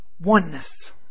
Oneness